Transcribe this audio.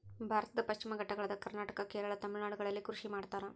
ಭಾರತದ ಪಶ್ಚಿಮ ಘಟ್ಟಗಳಾದ ಕರ್ನಾಟಕ, ಕೇರಳ, ತಮಿಳುನಾಡುಗಳಲ್ಲಿ ಕೃಷಿ ಮಾಡ್ತಾರ?